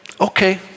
Okay